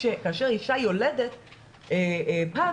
שכאשר אישה יולדת פג,